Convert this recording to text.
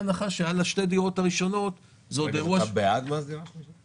אתה בעד מס על דירה שלישית?